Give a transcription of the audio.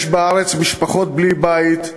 יש בארץ משפחות בלי בית,